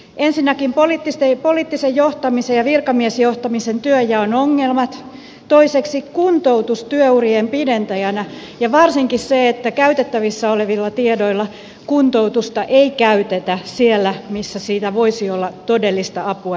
ensinnäkin poliittisen johtamisen ja virkamiesjohtamisen työnjaon ongelmat toiseksi kuntoutus työurien pidentäjänä ja varsinkin se että käytettävissä olevilla tiedoilla kuntoutusta ei käytetä siellä missä siitä voisi olla todellista apua työllistymiseen